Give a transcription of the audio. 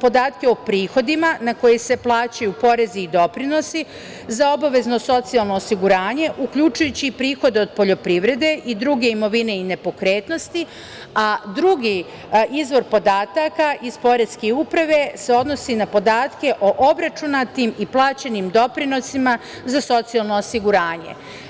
podatke o prihodima na koje se plaćaju porezi i doprinosi za obavezno socijalno osiguranje, uključujući prihod od poljoprivrede i druge imovine i nepokretnosti, a drugi izvor podataka iz poreske uprave se odnosi na podatke o obračunatim i plaćenim doprinosima za socijalno osiguranje.